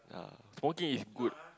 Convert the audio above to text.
yeah smoking is good